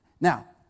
Now